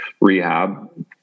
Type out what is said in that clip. rehab